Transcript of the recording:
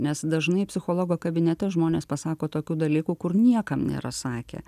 nes dažnai psichologo kabinete žmonės pasako tokių dalykų kur niekam nėra sakę